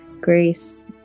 Grace